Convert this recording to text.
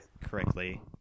correctly